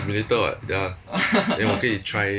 simulator [what] ya then 可以 try